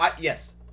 yes